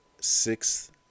sixth